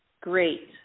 Great